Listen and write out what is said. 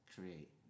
create